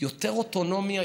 יותר אוטונומיה,